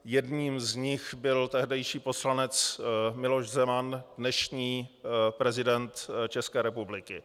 Jedním z nich byl tehdejší poslanec Miloš Zeman, dnešní prezident České republiky.